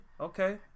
Okay